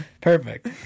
Perfect